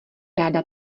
ráda